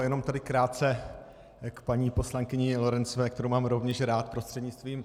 Jenom tady krátce k paní poslankyni Lorencové, kterou mám rovněž rád, prostřednictvím...